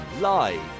live